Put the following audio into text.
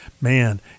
man